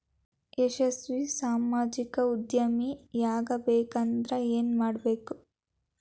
ಯಶಸ್ವಿ ಸಾಮಾಜಿಕ ಉದ್ಯಮಿಯಾಗಬೇಕಂದ್ರ ಏನ್ ಮಾಡ್ಬೇಕ